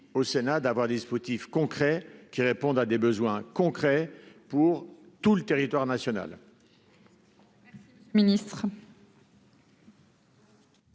au Sénat, de proposer des dispositifs concrets, qui répondent à des besoins concrets, pour tout le territoire national.